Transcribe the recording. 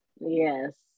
yes